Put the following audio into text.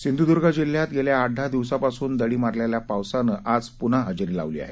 सिंधदर्ग जिल्ह्यात गेल्या आठ दहा दिवसांपासून दडी मारलेल्या पावसानं आज पुन्हा हजेरी लावली आहे